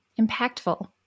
impactful